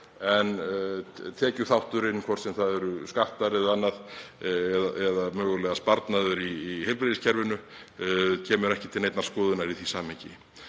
en tekjuþátturinn, hvort sem það eru skattar eða annað eða mögulega sparnaður í heilbrigðiskerfinu, kemur ekki til neinnar skoðunar í því samhengi.